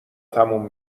تموم